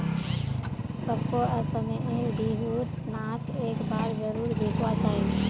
सबको असम में र बिहु र नाच एक बार जरुर दिखवा चाहि